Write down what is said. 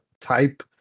type